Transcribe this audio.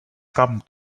come